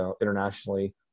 internationally